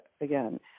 again